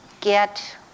get